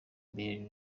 mbere